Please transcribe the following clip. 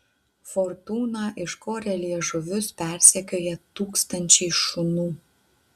fortūną iškorę liežuvius persekioja tūkstančiai šunų